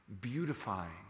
beautifying